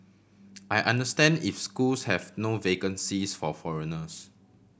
I understand if schools have no vacancies for foreigners